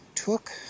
took